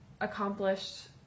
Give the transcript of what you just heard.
accomplished